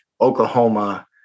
Oklahoma